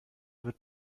wird